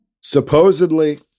Supposedly